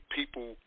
people